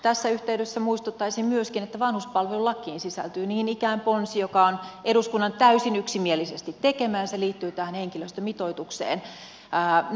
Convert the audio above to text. tässä yhteydessä muistuttaisin myöskin että vanhuspalvelulakiin sisältyy niin ikään ponsi joka on eduskunnan täysin yksimielisesti tekemä ja se liittyy henkilöstömitoitukseen